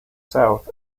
south